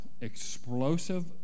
explosive